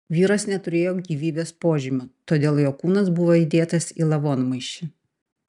vyras neturėjo gyvybės požymių todėl jo kūnas buvo įdėtas į lavonmaišį